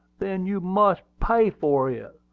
then you must pay for it,